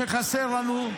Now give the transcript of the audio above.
שחסרים לנו,